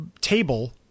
table